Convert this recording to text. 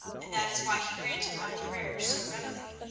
and that is why he granted my prayer so readily.